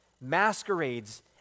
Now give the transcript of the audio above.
masquerades